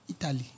Italy